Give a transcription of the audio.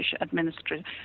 administration